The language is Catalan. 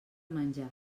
menjar